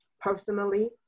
personally